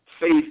faith